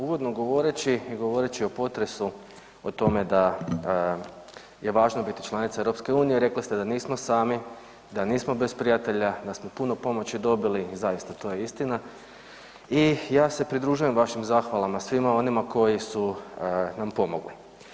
Uvodno govoreći i govoreći o potresu o tome da je važno biti članica EU rekli ste da nismo sami, da nismo bez prijatelja, da smo puno pomoći dobili, zaista to je istina i ja se pridružujem vašim zahvalama, svima onima koji su nam pomogli.